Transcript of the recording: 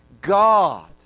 God